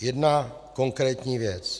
Jedna konkrétní věc.